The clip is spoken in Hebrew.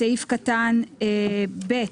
בסעיף קטן (ב).